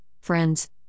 friends